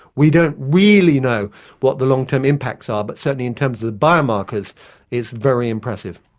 we don't really know what the long-term impacts are, but certainly in terms of biomarkers it's very impressive.